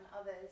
others